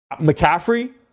McCaffrey